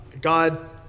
God